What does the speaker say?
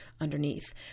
underneath